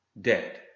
dead